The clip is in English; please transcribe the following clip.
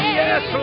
yes